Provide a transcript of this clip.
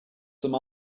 some